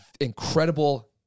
incredible